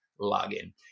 login